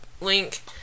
link